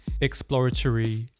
exploratory